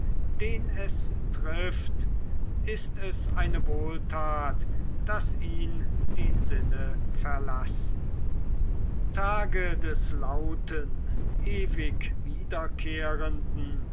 den es trifft ist es eine wohltat daß ihn die sinne verlassen tage des lauten ewig wiederkehrenden